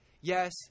Yes